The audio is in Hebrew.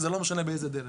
וזה לא משנה באיזו דרך.